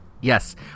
Yes